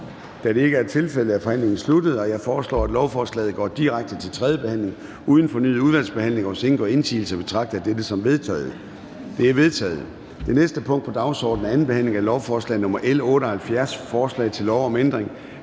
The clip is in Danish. Da det ikke er tilfældet, er forhandlingen sluttet. Jeg foreslår, at lovforslaget går direkte til tredje behandling uden fornyet udvalgsbehandling. Hvis ingen gør indsigelse, betragter jeg dette som vedtaget. Det er vedtaget. --- Det næste punkt på dagsordenen er: 29) 2. behandling af lovforslag nr. L 86: Forslag til lov om ændring